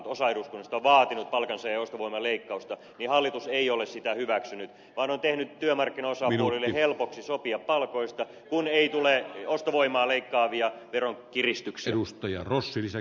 kun osa eduskunnasta on vaatinut palkansaajien ostovoiman leikkausta niin hallitus ei ole sitä hyväksynyt vaan on tehnyt työmarkkinaosapuolille helpoksi sopia palkoista kun ei tule ostovoimaa leikkaavia veronkiristyksiä